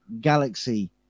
galaxy